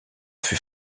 fut